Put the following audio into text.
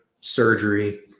surgery